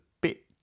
bit